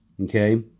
okay